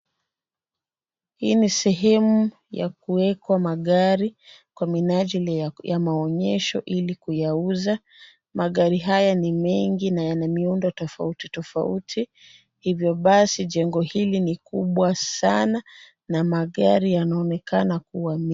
Hii ni sehemu ya kuwekwa magari, kwa minajili ya maonyesho ili kuyauza. Magari haya ni mengi na yana miundo tofauti tofauti. Hivyo basi jengo hili ni kubwa sana na magari yanaonekana kuwa mengi.